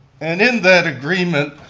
and in that agreement,